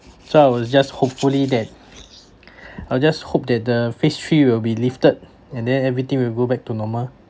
so I was just hopefully that I just hope that the phase three will be lifted and then everything will go back to normal